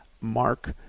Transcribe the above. Mark